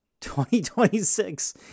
2026